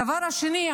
הדבר השני,